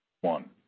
One